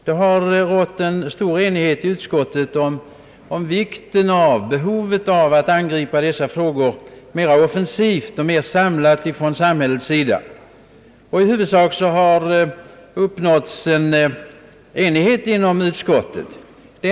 Det har rått stor enighet i utskottet om vikten och behovet av att dessa frågor mer offensivt och samlat angrips från samhällets sida, och i huvudsak har enighet uppnåtts inom utskottet i fråga om det föreliggande förslaget.